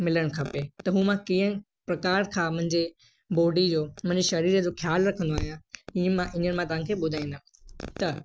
मिलणु खपे त हो मां कीअं प्रकार खां मुंहिंजे बॉडी जो मुंहिंजे शरीर जो ख्यालु रखंदो आहियां ई मां हीअंर मां तव्हांखे ॿुधाईंदमि त